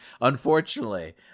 unfortunately